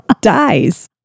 dies